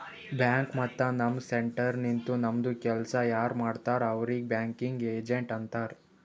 bank ಮತ್ತ ನಮ್ centre ನಿಂತು ನಮ್ದು ಕೆಲ್ಸಾ ಯಾರ್ ಮಾಡ್ತಾರ್ ಅವ್ರಿಗ್ ಬ್ಯಾಂಕಿಂಗ್ ಏಜೆಂಟ್ ಅಂತಾರ್